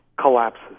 collapses